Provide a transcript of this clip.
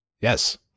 Yes